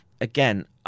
again